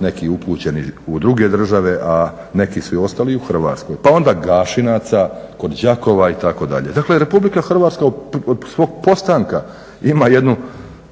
neki upućeni u druge države a neki su i ostali u Hrvatskoj, pa onda Gašinaca kod Đakova itd. Dakle RH od svog postanka ima jednu